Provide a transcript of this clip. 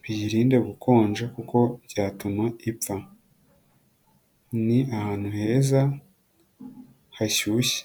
biyirinde gukonja kuko byatuma ipfa, ni ahantu heza hashyushye.